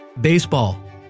baseball